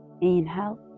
inhale